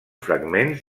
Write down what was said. fragments